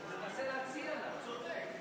הוא צודק,